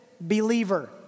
believer